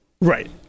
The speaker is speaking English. Right